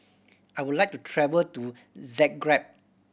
I would like to travel to Zagreb